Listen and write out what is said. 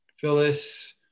Phyllis